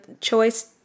choice